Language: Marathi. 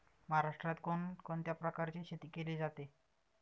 महाराष्ट्रात कोण कोणत्या प्रकारची शेती केली जाते?